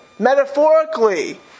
metaphorically